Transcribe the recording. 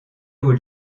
aux